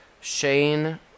Shane